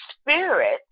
spirit